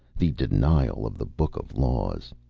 the denial of the book of laws.